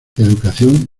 educación